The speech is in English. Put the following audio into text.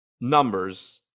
numbers